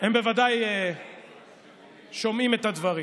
הם בוודאי שומעים את הדברים.